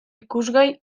ikusgai